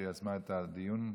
שיזמה את הדיון,